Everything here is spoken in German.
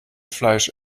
fleisch